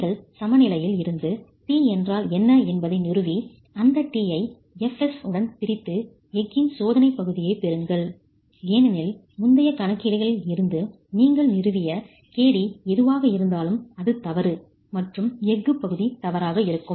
நீங்கள் சமநிலையில் இருந்து T என்றால் என்ன என்பதை நிறுவி அந்த T ஐ Fs உடன் பிரித்து எஃகின் சோதனைப் பகுதியைப் பெறுங்கள் ஏனெனில் முந்தைய கணக்கீடுகளில் இருந்து நீங்கள் நிறுவிய kd எதுவாக இருந்தாலும் அது தவறு மற்றும் எஃகு பகுதி தவறாக இருக்கும்